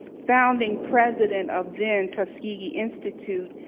founding president of then-tuskegee institute,